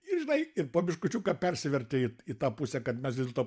ir žinai ir po biškučiuką persivertė į į tą pusę kad mes vis dėlto